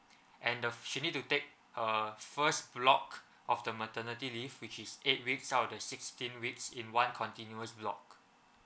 and the she need to take uh first block off the maternity leave which is eight weeks out the sixteen weeks in one continuous block